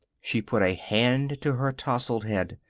she put a hand to her tousled head.